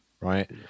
Right